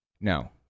No